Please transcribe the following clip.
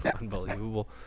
Unbelievable